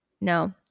no